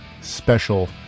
special